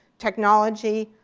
technology,